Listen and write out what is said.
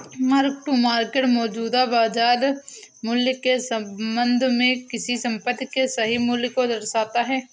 mark to market मौजूदा बाजार मूल्य के संबंध में किसी संपत्ति के सही मूल्य को दर्शाता है